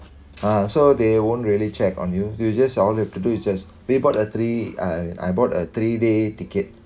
ah so they won't really check on your you just all you have to do is just pay bought a three I I bought a three day ticket